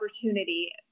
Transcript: opportunity